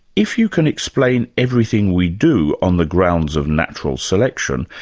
if you can explain everything we do on the grounds of natural selection,